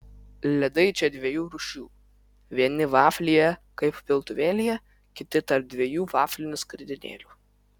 ledai čia dviejų rūšių vieni vaflyje kaip piltuvėlyje kiti tarp dviejų vaflinių skridinėlių